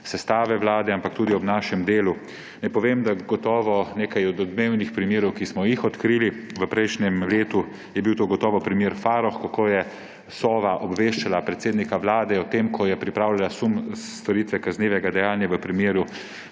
sestave vlade ampak tudi ob našem delu. Od nekaj odmevnih primerov, ki smo jih odkrili v prejšnjem letu, je bil to gotovo primer Farrokh, kako je Sova obveščala predsednika vlade o tem, ko je pripravila sum storitve kaznivega dejanja v primeru